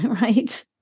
Right